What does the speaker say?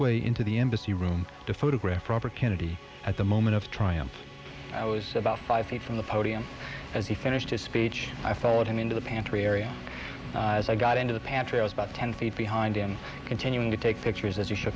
way into the embassy room to photograph robert kennedy at the moment of triumph i was about five feet from the podium as he finished his speech i followed him into the pantry area as i got into the pantry i was about ten feet behind him continuing to take pictures as